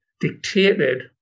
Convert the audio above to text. dictated